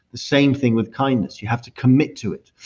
the same thing with kindness. you have to commit to it.